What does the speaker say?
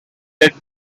death